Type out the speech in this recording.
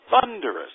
thunderous